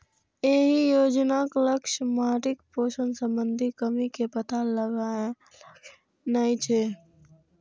एहि योजनाक लक्ष्य माटिक पोषण संबंधी कमी के पता लगेनाय छै